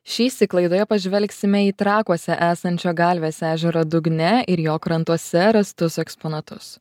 šįsyk laidoje pažvelgsime į trakuose esančio galvės ežero dugne ir jo krantuose rastus eksponatus